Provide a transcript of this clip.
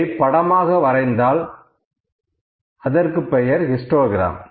இதை படமாக வரைந்தால் அதற்குப் பெயர் ஹிஸ்டோகிரம்